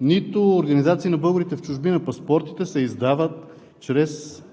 нито организации на българите в чужбина. Паспортите се издават чрез